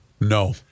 No